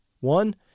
one